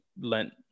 Lent